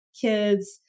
kids